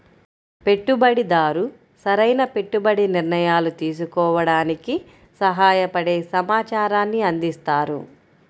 పెట్టుబడిదారు సరైన పెట్టుబడి నిర్ణయాలు తీసుకోవడానికి సహాయపడే సమాచారాన్ని అందిస్తారు